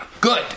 Good